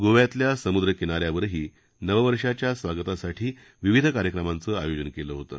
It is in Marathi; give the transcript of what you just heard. गोव्यातल्या समुद्रकिनाऱ्यांवरही नववर्षाच्या स्वागतासाठी विविध कार्यक्रमांचं आयोजन केलं होतं